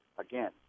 again